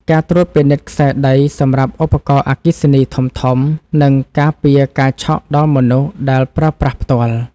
ការត្រួតពិនិត្យខ្សែដីសម្រាប់ឧបករណ៍អគ្គិសនីធំៗនឹងការពារការឆក់ដល់មនុស្សដែលប្រើប្រាស់ផ្ទាល់។